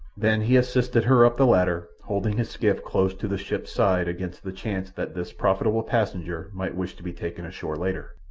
then he assisted her up the ladder, holding his skiff close to the ship's side against the chance that this profitable passenger might wish to be taken ashore later.